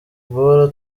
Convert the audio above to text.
guhora